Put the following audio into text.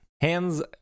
Hands